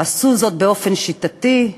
עשו זאת באופן שיטתי,